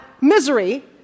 misery